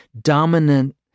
dominant